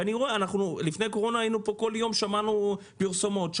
ולפני הקורונה בכל יום שמענו פרסומות,